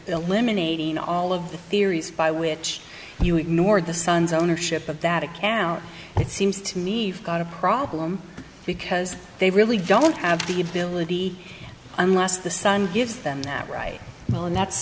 eliminating all of the theories by which you ignored the son's ownership of that account it seems to me forgot a problem because they really don't have the ability unless the son gives them that right well and that's